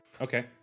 Okay